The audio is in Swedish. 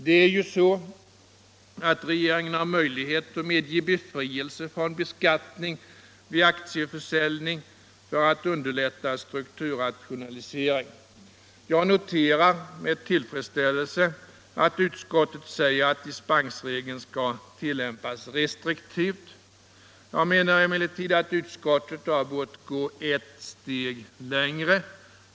Det är ju så att regeringen har möjlighet att medge befrielse från beskattning vid aktieförsäljning för att underlätta strukturrationalisering. Jag noterar med tillfredsställelse att utskottet säger att dispensregeln skall tillämpas restriktivt. Jag anser emellertid att utskottet hade bort gå ett steg längre.